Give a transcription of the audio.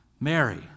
Mary